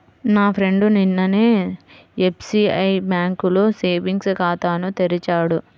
నా ఫ్రెండు నిన్ననే ఎస్బిఐ బ్యేంకులో సేవింగ్స్ ఖాతాను తెరిచాడు